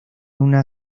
una